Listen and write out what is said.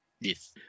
Yes